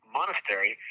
monastery